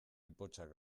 ipotxak